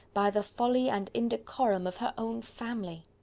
by the folly and indecorum of her own family!